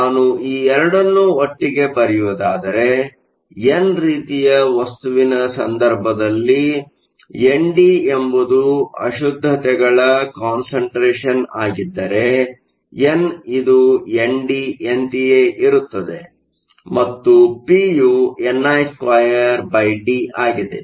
ನಾನು ಈ ಎರಡನ್ನು ಒಟ್ಟಿಗೆ ಬರೆಯುವುದಾದರೆ ಎನ್ ರೀತಿಯ ವಸ್ತುವಿನ ಸಂದರ್ಭದಲ್ಲಿ ND ಎಂಬುದು ಅಶುದ್ದತೆಗಳ ಕಾನ್ಸಂಟ್ರೇಷನ್ ಆಗಿದ್ದರೆ ಎನ್ ಇದು ಎನ್ಡಿಯಂತೆಯೇ ಇರುತ್ತದೆ ಮತ್ತು ಪಿಯು ni2D ಆಗಿದೆ